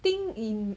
think in